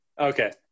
okay